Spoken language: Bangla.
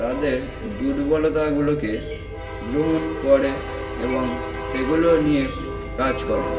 তাদের দুর্বলতাগুলোকে গ্রহণ করে এবং সেগুলো নিয়ে কাজ করে